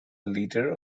leader